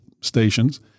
stations—